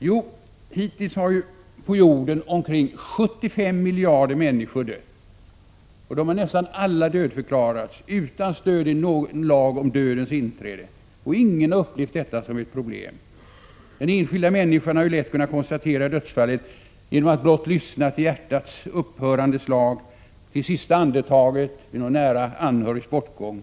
Jo, hittills har på jorden omkring 75 miljarder människor dött, och de har nästan alla dödförklarats utan stöd i någon lag om dödens inträde. Ingen har upplevt detta som ett problem. Den enskilda människan har lätt kunnat konstatera dödsfallet genom att blott lyssna till hjärtats upphörande slag, till sista andetaget vid någon nära anhörigs bortgång.